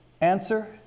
answer